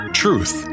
truth